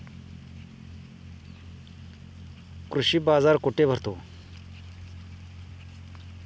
कृषी बाजार कुठे भरतो?